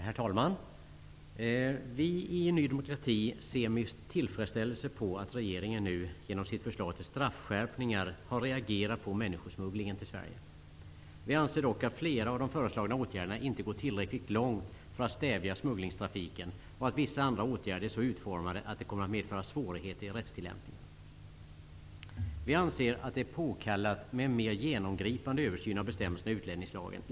Herr talman! Vi i Ny demokrati ser med tillfredsställelse på att regeringen nu genom sitt förslag till straffskärpningar har reagerat på människosmugglingen till Sverige. Vi anser dock att flera av de föreslagna åtgärderna inte går tillräckligt långt för att stävja smugglingstrafiken och att vissa andra åtgärder är så utformade att de kommer att medföra svårigheter vid rättstillämpningen. Vi anser att det är påkallat med en mer genomgripande översyn av bestämmelserna i utlänningslagen.